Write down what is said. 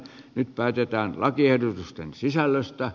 nyt päätetään lakiehdotusten sisällöstä